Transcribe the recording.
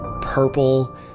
purple